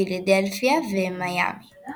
פילדלפיה ומיאמי